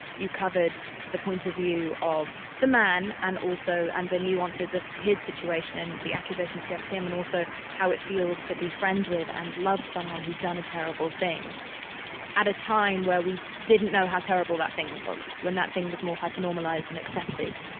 you covered the point of view of the man and also and the nuances of his situation and the accusations against him and also how it feels to be friends with and love someone who's done a terrible thing at a time where we didn't know how terrible that thing was. when that thing was more hyper-normalized and accepted